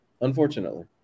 unfortunately